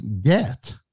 get